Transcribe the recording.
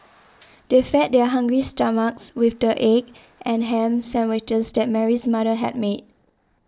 they fed their hungry stomachs with the egg and ham sandwiches that Mary's mother had made